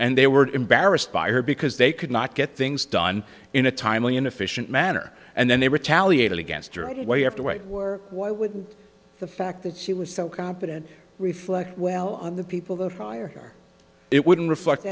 and they were embarrassed by her because they could not get things done in a timely and efficient manner and then they retaliated against your why you have to wait were why would the fact that she was so competent reflect well on the people the fire it wouldn't reflect